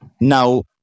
Now